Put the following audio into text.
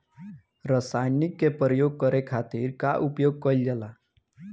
रसायनिक के प्रयोग करे खातिर का उपयोग कईल जाला?